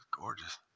gorgeous